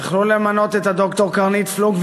יכלו למנות את ד"ר קרנית פלוג,